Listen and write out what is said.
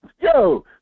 Yo